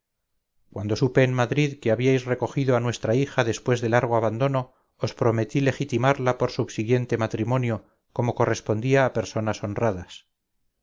cuando supe en madrid que habíais recogido a nuestra hija después de largo abandono os prometí legitimarla por subsiguiente matrimonio como correspondía a personas honradas